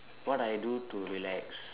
what I do to relax